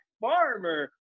farmer